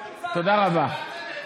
תודה רבה.